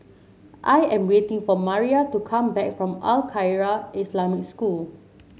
I am waiting for Maria to come back from Al Khairiah Islamic School